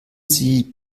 sie